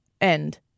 end